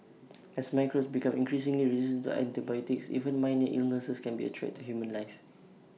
as microbes become increasingly resistant to antibiotics even minor illnesses can be A threat to human life